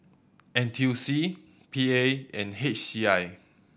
N T U C P A and H C I